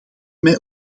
mij